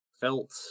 felt